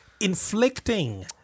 inflicting